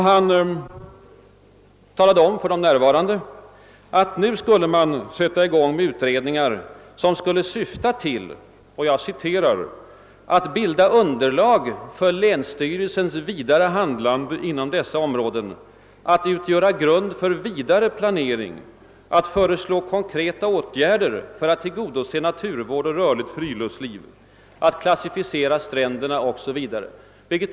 Han talade om för de närvarande att man nu skulle sätta i gång utredningar som skulle syfta till att bilda underlag för länsstyrelsens vidare handlande inom dessa områden, att utgöra grund för vidare planering, att föreslå konkreta åtgärder för att tillgodose naturvård och rörligt friluftsliv, att inom denna ram klassificera stränderna o.s.v.